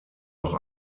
auch